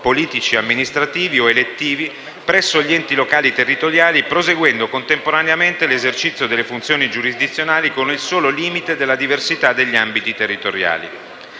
politico-amministrativi o elettivi presso gli enti locali territoriali proseguendo contemporaneamente l'esercizio delle funzioni giurisdizionali con il solo limite della diversità degli ambiti territoriali.